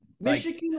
Michigan